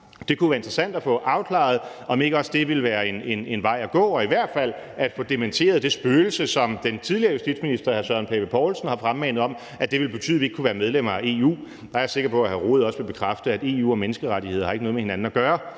Det kunne være interessant at få afklaret, om ikke også det ville være en vej at gå og i hvert fald at få dementeret det spøgelse, som den tidligere justitsminister, hr. Søren Pape Poulsen, har fremmanet, om, at det vil betyde, at vi ikke kunne være medlemmer af EU. Der er jeg sikker på, at hr. Jens Rohde også vil bekræfte, at EU og menneskerettigheder ikke har noget med hinanden at gøre,